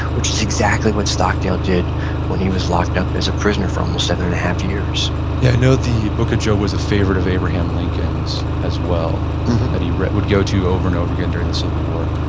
which is exactly what stockdale did when he was locked up as a prisoner for almost seven and a half years yeah, i know the book of job was a favorite of abraham lincoln's as well that he would go to over and over again during the civil war.